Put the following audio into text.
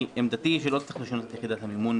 עמדתי היא שלא צריך לשנות את יחידת המימון,